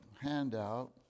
handout